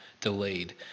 delayed